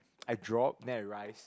ppo I drop then I rise